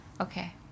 Okay